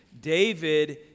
David